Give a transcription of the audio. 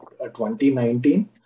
2019